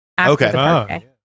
Okay